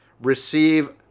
receive